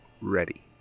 ready